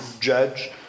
judge